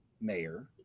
mayor